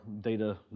data